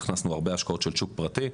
הכנסנו הרבה השקעות של שוק פרטי.